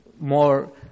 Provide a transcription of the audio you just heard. More